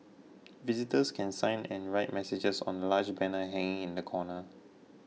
visitors can sign and write messages on a large banner hanging in the corner